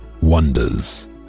wonders